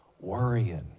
worrying